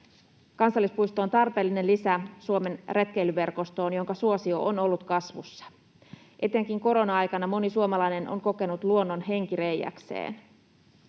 Kansallispuisto on tarpeellinen lisä Suomen retkeilyverkostoon, jonka suosio on ollut kasvussa. Etenkin korona-aikana moni suomalainen on kokenut luonnon henkireiäkseen.